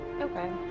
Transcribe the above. Okay